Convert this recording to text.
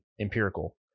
empirical